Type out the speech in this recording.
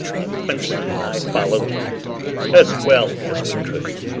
and quincey and i followed as well as we could.